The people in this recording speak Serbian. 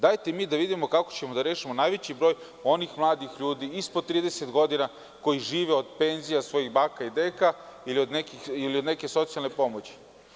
Dajte mi da vidimo kako ćemo da rešimo najveći broj onih mladih ljudi ispod 30 godina koji žive od penzija svojih baka i deka ili od neke socijalne pomoći.